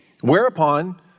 whereupon